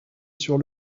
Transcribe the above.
sur